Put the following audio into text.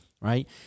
right